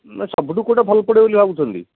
ନା ସବୁଠୁ କେଉଁଟା ଭଲ ପଡ଼ିବ ବୋଲି ଭାବୁଛନ୍ତି